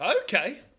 Okay